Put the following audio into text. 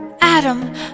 Adam